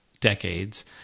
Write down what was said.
decades